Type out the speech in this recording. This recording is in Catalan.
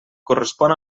correspon